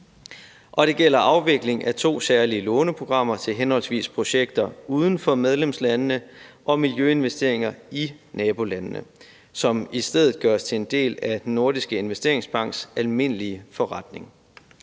det gælder afvikling af to særlige låneprogrammer til henholdsvis projekter uden for medlemslandene og miljøinvesteringer i nabolandene, som i stedet gøres til en del af Den Nordiske Investeringsbanks almindelige forretning.